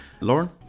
Lauren